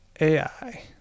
AI